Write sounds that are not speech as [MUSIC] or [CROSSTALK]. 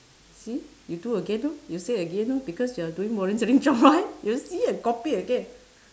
see you do again lor you say again lor because you're doing volunteering [LAUGHS] job right you see you copy again